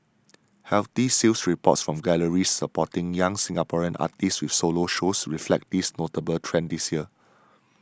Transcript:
healthy sales reports from galleries supporting young Singaporean artists with solo shows reflect this notable trend this year